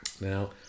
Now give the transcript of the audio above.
Now